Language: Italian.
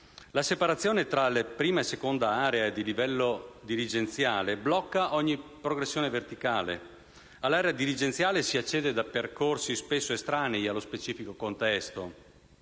La separazione tra le prime e seconde aree di livello dirigenziale blocca ogni progressione verticale. All'area dirigenziale si accede da percorsi spesso estranei allo specifico contesto,